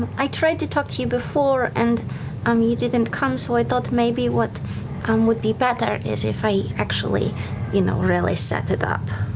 i tried to talk to you before, and um you didn't come, so i thought maybe what um would be better is if i actually you know really set it up.